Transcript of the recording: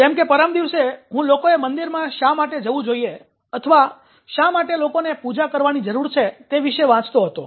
જેમ કે પરમ દિવસે હું લોકોએ મંદિરમાં શા માટે જવું જોઈએ અથવા શા માટે લોકોને પૂજા કરવાની જરુર છે તે વિશે વાંચતો હતો